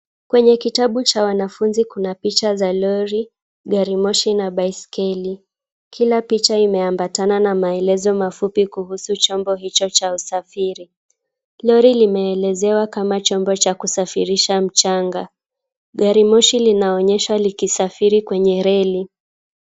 Kwenye kitabu cha wanafunzi kuna picha za lori, gari moshi na baiskeli. Kila picha imeambatana na maelezo mafupi kuhusu chombo hicho cha usafiri. Lori limeelezewa kama chombo cha kusafirisha mchanga. Gari moshi linaonyesha likisafiri kwenye reli.